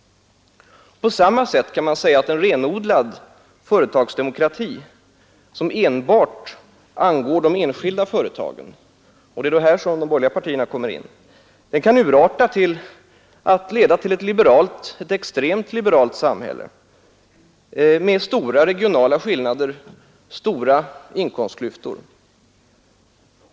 På samma sätt kan man säga att en renodlad företagsdemokrati, som enbart angår de enskilda företagen — och det är här som de borgerliga partiernas engagemang kommer in — kan urarta så att den leder till ett extremt liberalt samhälle med kraftiga regionala skillnader och stora inkomstklyftor.